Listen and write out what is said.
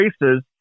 races